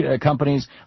companies